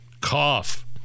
cough